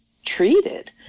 Treated